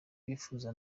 bifuza